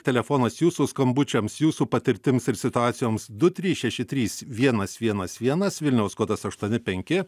telefonas jūsų skambučiams jūsų patirtims ir situacijoms du trys šeši trys vienas vienas vienas vilniaus kodas aštuoni penki